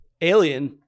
Alien